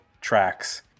tracks